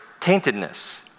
taintedness